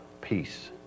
peace